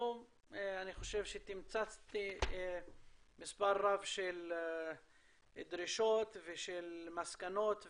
אני חושב שתמצתי מספר רב של דרישות ושל מסקנות ותובנות,